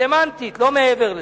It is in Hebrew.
סמנטית, לא מעבר לזה.